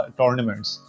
tournaments